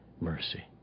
mercy